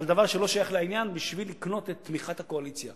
על דבר שלא שייך לעניין בשביל לקנות את תמיכת הקואליציה.